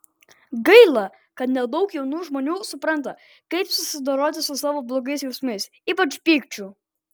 gaila kad nedaug jaunų žmonių supranta kaip susidoroti su savo blogais jausmais ypač pykčiu